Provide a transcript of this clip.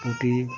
পুঁটি